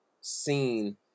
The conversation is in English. seen